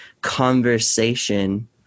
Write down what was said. conversation